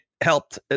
Helped